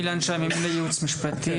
אילן שי, ממונה ייעוץ משפטי,